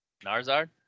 Narzard